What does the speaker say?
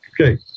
Okay